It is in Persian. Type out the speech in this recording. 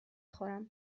خورم